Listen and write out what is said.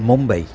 Mumbai